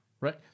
Right